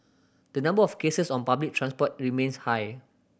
the number of cases on public transport remains high